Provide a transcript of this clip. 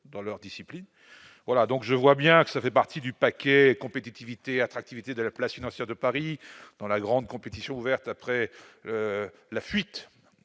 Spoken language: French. dans leur discipline, voilà donc je vois bien que ça fait partie du paquet compétitivité attractivité de la place financière de Paris dans la grande compétition ouverte après la fuite